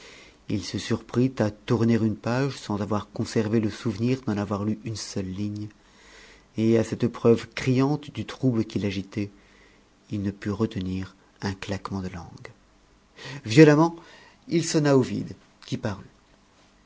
il se surprit à tourner une page sans avoir conservé le souvenir d'en avoir lu une seule ligne et à cette preuve criante du trouble qui l'agitait il ne put retenir un claquement de langue violemment il sonna ovide qui parut